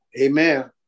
Amen